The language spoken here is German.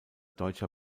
deutscher